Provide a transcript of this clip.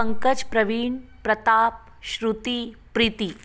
Pankaj Praveen Pratap Shruti Preeti